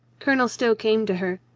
colonel stow came to her.